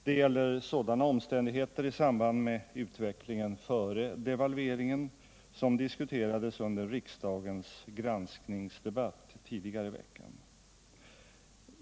Det gäller sådana omständigheter i samband med utvecklingen före devalveringen som diskuterades under riksdagens granskningsdebatt tidigare i veckan.